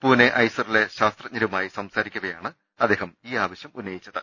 പൂന ഐസറിലെ ശാസ്ത്ര ജ്ഞരുമായി സംസാരിക്കവെയാണ് അദ്ദേഹം ഈ ആവശ്യം ഉന്നയിച്ച ത്